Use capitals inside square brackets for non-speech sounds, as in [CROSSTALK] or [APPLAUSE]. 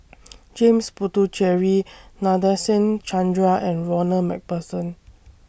[NOISE] James Puthucheary Nadasen Chandra and Ronald MacPherson